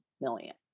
million